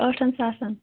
ٲٹھَن ساسَن